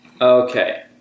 Okay